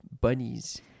bunnies